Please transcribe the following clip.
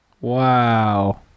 Wow